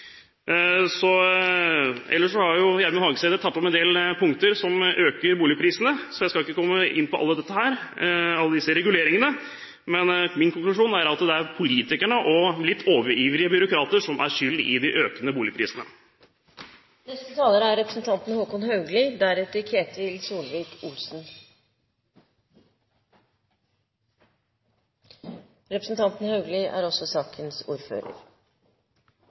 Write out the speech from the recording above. har klart å spare opp noen kroner. Ellers har Gjermund Hagesæter tatt opp en del punkter som viser hva som øker boligprisene, så jeg skal ikke komme inn på alle disse reguleringene her. Min konklusjon er at det er politikerne og litt overivrige byråkrater som er skyld i de økende boligprisene. Dette har vært en interessant debatt fordi den så klart får fram de forskjellene som er